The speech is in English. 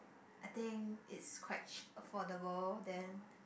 I think is quite ch~ affordable then